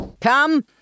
Come